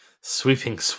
sweeping